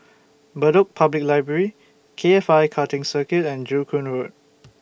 Bedok Public Library K F I Karting Circuit and Joo Koon Road